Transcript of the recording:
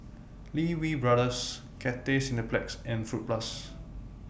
Lee Wee Brothers Cathay Cineplex and Fruit Plus